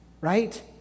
right